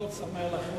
מכובדי חברי הכנסת,